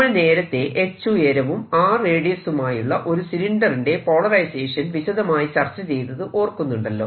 നമ്മൾ നേരത്തെ h ഉയരവും R റേഡിയസുമായുള്ള ഒരു സിലിണ്ടറിന്റെ പോളറൈസേഷൻ വിശദമായി ചർച്ച ചെയ്തത് ഓർക്കുന്നുണ്ടല്ലോ